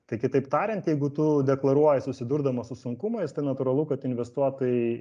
tai kitaip tariant jeigu tu deklaruoji susidurdamas su sunkumais tai natūralu kad investuotojai